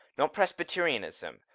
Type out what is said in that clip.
not presbyterianism,